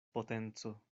potenco